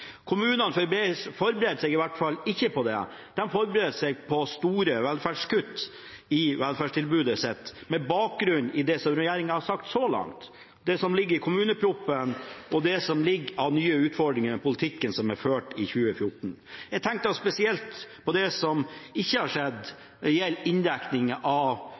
Kommunene forbereder seg i hvert fall ikke på det. De forbereder seg på store kutt i velferdstilbudet sitt med bakgrunn i det regjeringen har sagt så langt, det som ligger i kommuneproposisjonen, og det som ligger av nye utfordringer i den politikken som er ført i 2014. Jeg tenker da spesielt på det som ikke har skjedd når det gjelder inndekning av